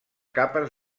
capes